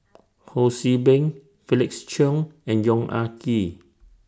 Ho See Beng Felix Cheong and Yong Ah Kee